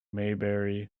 maybury